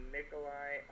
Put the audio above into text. Nikolai